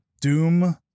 doom